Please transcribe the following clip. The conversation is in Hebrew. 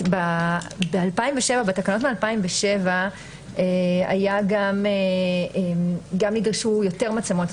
בתקנות מ-2007 היו יותר מצלמות,